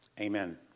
Amen